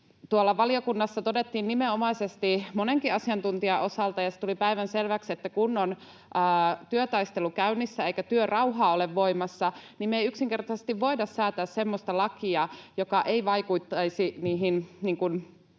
valiokunnassa todettiin nimenomaisesti monenkin asiantuntijan taholta, ja se tuli päivänselväksi, että kun on työtaistelu käynnissä eikä työrauha ole voimassa, niin me ei yksinkertaisesti voida säätää semmoista lakia, joka ei vaikuttaisi niihin